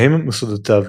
שהם מוסדותיו